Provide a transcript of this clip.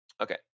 Okay